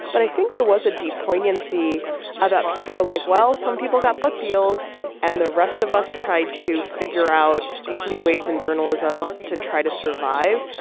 but i think there was a deep poignancy about people who are like, well, some people got book deals and the rest of us tried to figure out these new waves in journalism to try to survive.